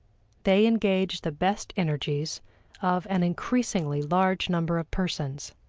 they engage the best energies of an increasingly large number of persons.